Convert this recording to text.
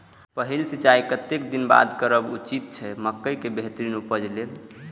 पहिल सिंचाई कतेक दिन बाद करब उचित छे मके के बेहतर उपज लेल?